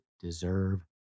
deserve